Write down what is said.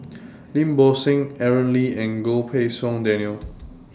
Lim Bo Seng Aaron Lee and Goh Pei Siong Daniel